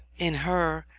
in her,